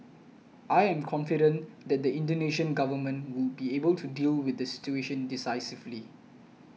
I am confident that the Indonesian government will be able to deal with the situation decisively